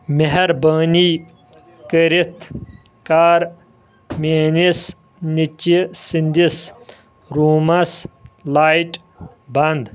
مہربٲنی کٔرِتھ کر میٲنِس نیچی سندِس رومس لایٹ بنٛد